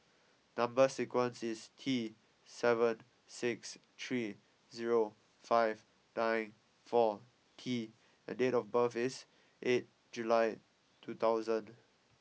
number sequence is T seven six three zero five nine four T and date of birth is eight July two thousand